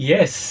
Yes